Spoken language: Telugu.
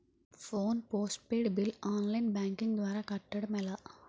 Phone post paid bill online banking ద్వారా కట్టడం ఎలా?